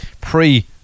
pre